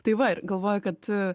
tai va ir galvoju kad